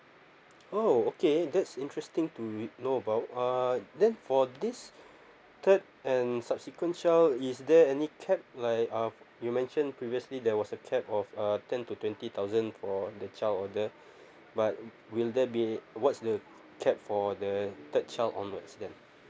oh okay that's interesting to know about uh then for this third and subsequent child is there any cap like uh you mentioned previously there was a cap of uh ten to twenty thousand for the child order but will there be what's the cap for the third child onwards then